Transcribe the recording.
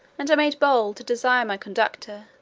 and i made bold to desire my conductor,